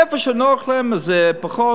איפה שנוח להם אז פחות.